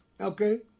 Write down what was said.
Okay